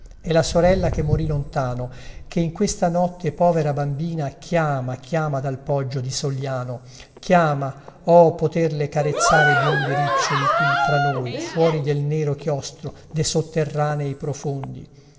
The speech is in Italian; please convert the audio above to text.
è la sorella che morì lontano che in questa notte povera bambina chiama chiama dal poggio di sogliano chiama oh poterle carezzare i biondi riccioli qui tra noi fuori del nero chiostro de sotterranei profondi